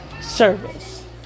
service